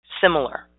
similar